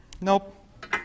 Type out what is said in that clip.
Nope